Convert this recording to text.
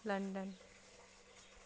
London